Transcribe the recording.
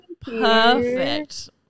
perfect